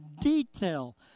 detail